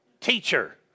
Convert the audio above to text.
Teacher